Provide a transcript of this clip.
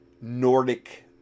nordic